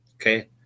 okay